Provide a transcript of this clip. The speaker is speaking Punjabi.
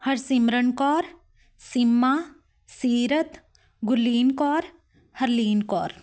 ਹਰਸਿਮਰਨ ਕੌਰ ਸੀਮਾ ਸੀਰਤ ਗੁਰਲੀਨ ਕੌਰ ਹਰਲੀਨ ਕੌਰ